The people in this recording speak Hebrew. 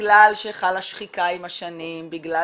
בגלל שחלה שחיקה עם השנים, בגלל